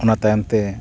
ᱚᱱᱟ ᱛᱟᱭᱚᱢᱛᱮ